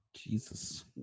Jesus